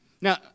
Now